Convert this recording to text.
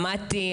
למדתי,